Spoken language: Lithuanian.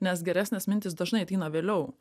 nes geresnės mintys dažnai ateina vėliau